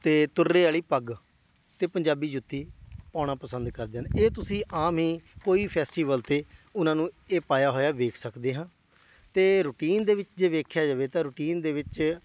ਅਤੇ ਤੁਰਲੇ ਵਾਲੀ ਪੱਗ ਅਤੇ ਪੰਜਾਬੀ ਜੁੱਤੀ ਪਾਉਣਾ ਪਸੰਦ ਕਰਦੇ ਹਨ ਇਹ ਤੁਸੀਂ ਆਮ ਹੀ ਕੋਈ ਫੈਸਟੀਵਲ 'ਤੇ ਉਹਨਾਂ ਨੂੰ ਇਹ ਪਾਇਆ ਹੋਇਆ ਵੇਖ ਸਕਦੇ ਹਾਂ ਅਤੇ ਰੂਟੀਨ ਦੇ ਵਿੱਚ ਜੇ ਵੇਖਿਆ ਜਾਵੇ ਤਾਂ ਰੂਟੀਨ ਦੇ ਵਿੱਚ